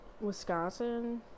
wisconsin